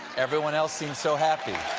everyone else seems so happy.